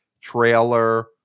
trailer